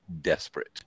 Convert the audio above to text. desperate